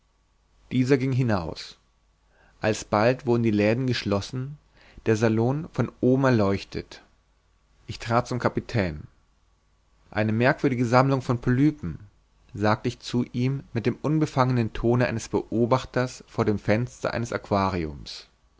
dieser ging hinaus alsbald wurden die läden geschlossen der salon von oben erleuchtet ich trat zum kapitän eine merkwürdige sammlung von polypen sagte ich zu ihm mit dem unbefangenen tone eines betrachters vor dem fenster eines